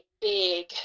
big